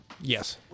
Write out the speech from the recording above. Yes